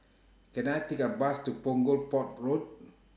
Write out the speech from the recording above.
Can I Take A Bus to Punggol Port Road